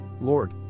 Lord